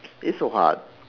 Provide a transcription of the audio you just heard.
it's so hard